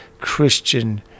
Christian